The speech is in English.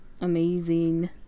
Amazing